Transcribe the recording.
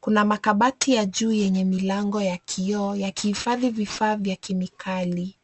Kuna makabati ya juu yenye milango ya kioo yakihifadhi vifaa vya kemikali.